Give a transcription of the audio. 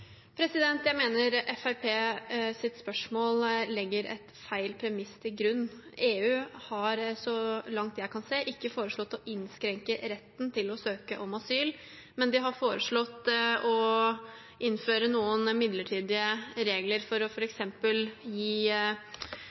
Jeg mener Fremskrittspartiets spørsmål legger feil premiss til grunn. EU har, så langt jeg kan se, ikke foreslått å innskrenke retten til å søke om asyl, men de har foreslått å innføre noen midlertidige regler f.eks. ved å